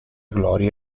gloria